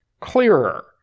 Clearer